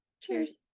Cheers